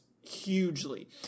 hugely